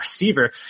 receiver